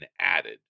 added